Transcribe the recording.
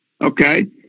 Okay